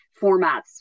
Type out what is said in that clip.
formats